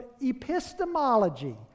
epistemology